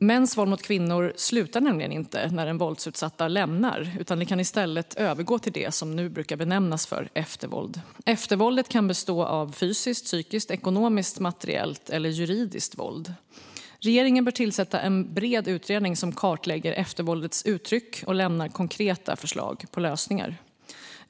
Mäns våld mot kvinnor slutar nämligen inte när den våldsutsatta lämnar relationen utan kan i stället övergå i det som nu brukar benämnas eftervåld. Eftervåldet kan bestå av fysiskt, psykiskt, ekonomiskt, materiellt eller juridiskt våld. Regeringen bör tillsätta en bred utredning som kartlägger eftervåldets uttryck och lämnar konkreta förslag på lösningar.